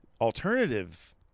alternative